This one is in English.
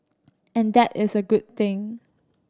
and that is a good thing